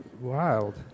wild